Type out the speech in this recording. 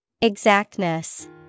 Exactness